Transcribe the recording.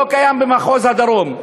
לא קיים במחוז הדרום.